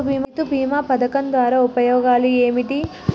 రైతు బీమా పథకం ద్వారా ఉపయోగాలు ఏమిటి?